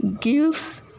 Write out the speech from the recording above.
gives